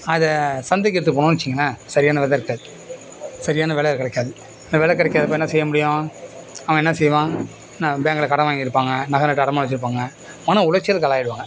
அதை சந்தைக்கி எடுத்துட்டு போனோம்னு வச்சிங்களன் சரியான வித இருக்காது சரியான விலை கிடைக்காது விலை கிடக்காதத அப்போ என்ன செய்ய முடியும் அவன் என்ன செய்வான் நான் பேங்கில் கடன் வாங்கிருப்பாங்க நகநட்டு அடமானம் வச்சிருப்பாங்க மனவுளச்சலுக்கு ஆளாகிடுவாங்க